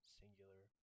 singular